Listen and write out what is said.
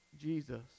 Jesus